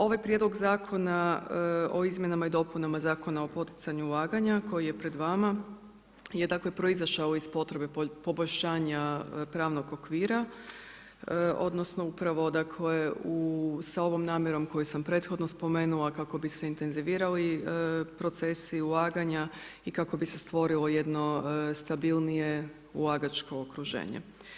Ovaj prijedlog zakona o izmjenama i dopunama Zakona o poticanju ulaganja koji je pred vama je dakle proizašao iz potrebe poboljšanja pravnog okvira, odnosno upravo dakle sa ovom namjerom koju sam prethodno spomenula kako bi se intenzivirali procesi ulaganja i kako bi se stvorilo jedno stabilnije ulagačko okruženje.